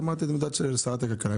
את אמרת את עמדת שרת הכלכלה.